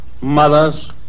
mothers